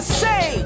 say